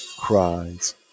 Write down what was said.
cries